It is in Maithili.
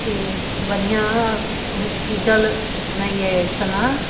अथि बढ़िआँ हॉस्पिटल नहि अहि एहिठमा